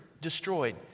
destroyed